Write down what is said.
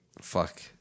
Fuck